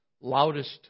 loudest